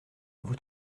vous